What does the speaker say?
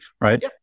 right